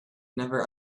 never